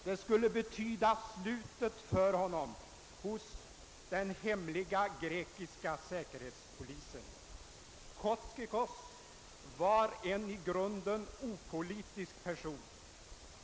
Det skulle betyda slutet för honom hos hemliga grekiska säkerhetspolisen. Kotzikos var en i grunden opolitisk person.